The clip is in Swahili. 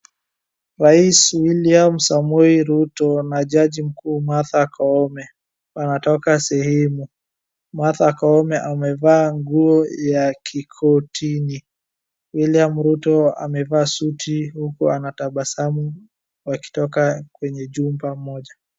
Rais William Samoei Ruto na jaji mkuu Martha Koome wanatoka sehemu. Martha Koome amevaa nguo ya kikotini. William Ruto amevaa suti huku anatabasamu wakitoka kwenye jumba moja.